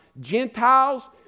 Gentiles